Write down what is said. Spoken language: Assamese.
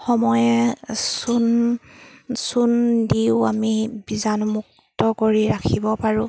সময়ে চূণ চূণ দিও আমি বীজাণুমুক্ত কৰি ৰাখিব পাৰোঁ